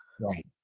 Right